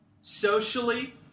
socially